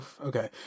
okay